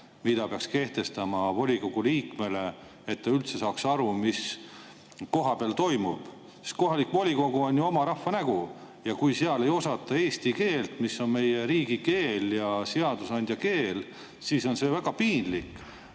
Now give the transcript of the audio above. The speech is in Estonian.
mida peaks kehtestama volikogu liikmele, et ta üldse saaks aru, mis kohapeal toimub? Kohalik volikogu on ju oma rahva nägu ja kui seal ei osata eesti keelt, mis on meie riigikeel ja seadusandja keel, siis on see väga piinlik.